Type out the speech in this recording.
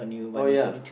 oh ya